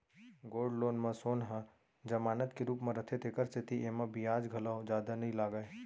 gold loan म सोन ह जमानत के रूप म रथे तेकर सेती एमा बियाज घलौ जादा नइ लागय